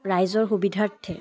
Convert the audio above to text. ৰাইজৰ সুবিধাৰ্থে